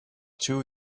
two